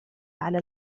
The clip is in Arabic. على